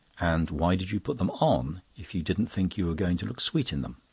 and why did you put them on, if you didn't think you were going to look sweet in them?